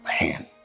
man